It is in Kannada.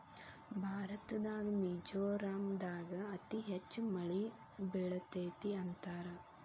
ಭಾರತದಾಗ ಮಿಜೋರಾಂ ದಾಗ ಅತಿ ಹೆಚ್ಚ ಮಳಿ ಬೇಳತತಿ ಅಂತಾರ